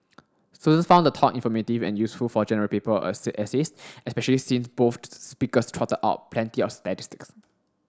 students found the talk informative and useful for General Paper essays especially since both speakers trotted out plenty of statistics